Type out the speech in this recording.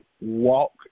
walk